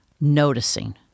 noticing